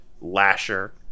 Lasher